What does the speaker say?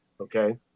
Okay